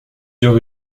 eurent